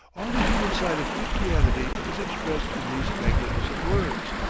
all the human side of christianity is expressed in these magnificent words,